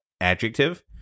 adjective